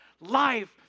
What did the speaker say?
life